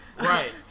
Right